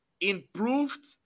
improved